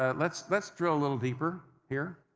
ah let's let's drill a little deeper here.